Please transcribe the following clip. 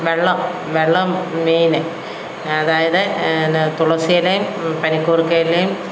വെള്ളം വെള്ളം മെയിന് അതായത് പിന്നെ തുളസിയിലയും പനിക്കൂർക്ക ഇലയും